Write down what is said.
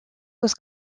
was